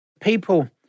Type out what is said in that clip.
people